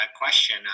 question